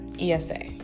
ESA